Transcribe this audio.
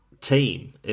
team